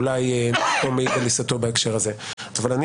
אולי אין הנחתום עמדי על עיסתו בהקשר הזה אבל אני